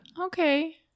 Okay